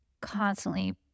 constantly